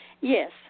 Yes